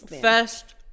first